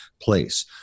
place